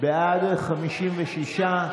בעד, 56,